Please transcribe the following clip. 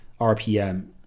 rpm